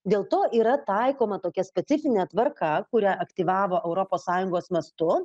dėl to yra taikoma tokia specifinė tvarka kurią aktyvavo europos sąjungos mastu